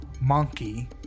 monkey